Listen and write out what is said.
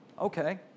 Okay